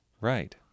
Right